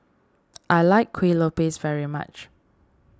I like Kueh Lopes very much